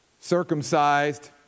circumcised